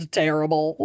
terrible